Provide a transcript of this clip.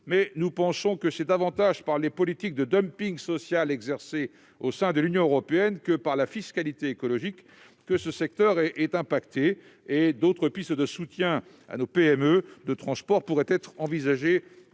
nous pensons qu'il est davantage affecté par les politiques de dumping social exercées au sein de l'Union européenne que par la fiscalité écologique. Par ailleurs, d'autres pistes de soutien à nos PME de transport pourraient être envisagées